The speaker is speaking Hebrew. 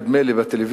נדמה לי בטלוויזיה,